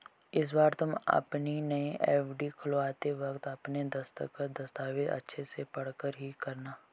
इस बार तुम अपनी नई एफ.डी खुलवाते वक्त अपने दस्तखत, दस्तावेज़ अच्छे से पढ़कर ही करना